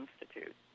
institute